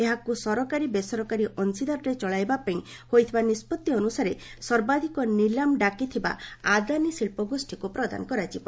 ଏହାକୁ ସରକାରୀ ବେସରକାରୀ ଅଂଶୀଦାରରେ ଚଳାଇବା ପାଇଁ ହୋଇଥିବା ନିଷ୍ପଭି ଅନୁସାରେ ସର୍ବାଧିକ ନିଲାମ ଡାକିଥିବା ଆଦାନୀ ଶିଳ୍ପଗୋଷ୍ଠୀକୁ ପ୍ରଦାନ କରାଯିବ